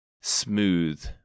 smooth